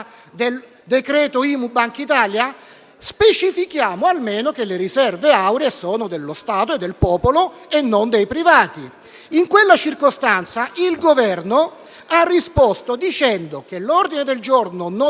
decreto IMU-Banca d'Italia? Specifichiamo almeno che le riserve auree sono dello Stato, del popolo, e non dei privati. In quella circostanza il Governo ha risposto che l'ordine del giorno non era